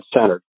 centered